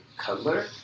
cuddler